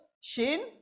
Shin